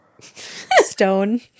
stone